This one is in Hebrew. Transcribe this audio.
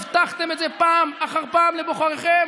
הבטחתם את זה פעם אחר פעם לבוחריכם.